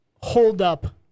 holdup